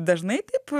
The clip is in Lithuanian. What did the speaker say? dažnai taip